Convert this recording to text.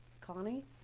connie